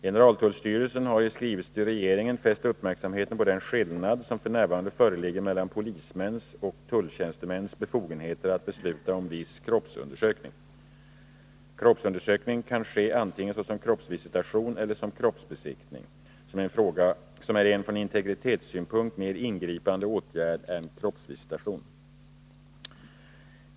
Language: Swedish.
Generaltullstyrelsen har i skrivelse till regeringen fäst uppmärksamheten på den skillnad som f. n. föreligger mellan polismäns och tulltjänstemäns befogenheter att besluta om viss kroppsundersökning. Kroppsundersökning kan ske antingen såsom kroppsvisitation eller såsom kroppsbesiktning, som är en från integritetssynpunkt mer ingripande åtgärd än kroppsvisitation.